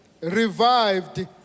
revived